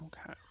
Okay